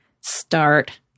Start